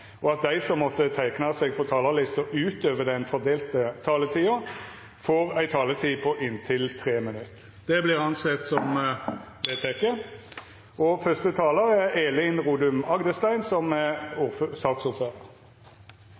og at dei som måtte teikna seg på talarlista utover den fordelte taletida, får ei taletid på inntil 3 minutt. – Det er vedteke. Første talar er Sigbjørn Gjelsvik, som får ordet for saksordførar